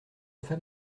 femme